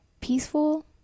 peaceful